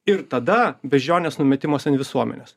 ir tada beždžionės numetimas ant visuomenės